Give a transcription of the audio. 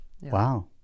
Wow